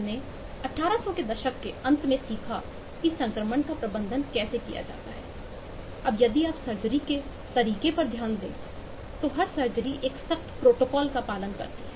हमने 1800 के दशक के अंत में सीखा कि संक्रमण का प्रबंधन कैसे किया जाता है अब यदि आप सर्जरी के तरीके पर ध्यान दें हर सर्जरी एक सख्त प्रोटोकॉल का पालन करती है